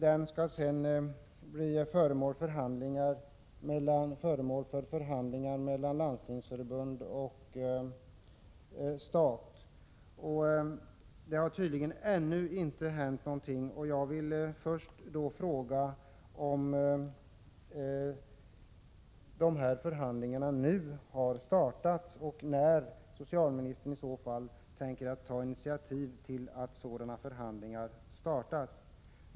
Det skall bli föremål för förhandlingar mellan Landstingsförbundet och staten, men det har tydligen inte hänt någonting ännu. Jag vill först fråga om förhandlingarna nu har startat eller när socialministern tänker ta initiativ till att sådana förhandlingar startas.